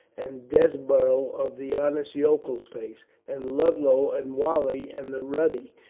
and desborough of the honest yokel's face, and ludlow and whalley and the ruddy,